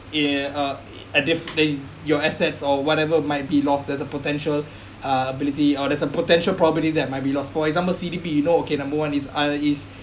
uh at this pace your assets or whatever might be lost there's a potential uh ability or there's a potential property that might be lost for example C_D_P you know okay number one is uh is